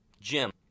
Jim